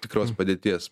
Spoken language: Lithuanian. tikros padėties